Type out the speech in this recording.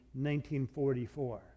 1944